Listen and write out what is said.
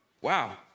Wow